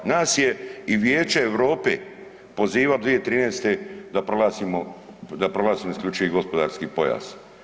Nas je i Vijeće Europe pozivalo 2013. da proglasimo isključivi gospodarski pojas.